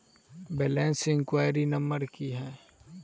Balance enquiry number की है?